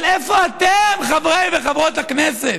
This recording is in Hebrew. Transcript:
אבל איפה אתם, חברי וחברות הכנסת,